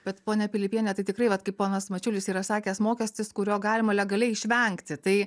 bet ponia pilipiene tai tikrai vat kaip ponas mačiulis yra sakęs mokestis kurio galima legaliai išvengti tai